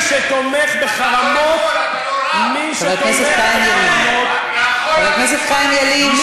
מי שתומך בחרמות, חבר הכנסת חיים ילין.